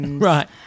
Right